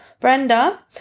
Brenda